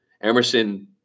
Emerson